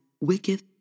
wicked